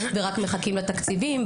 ורק מחכים לתקציבים,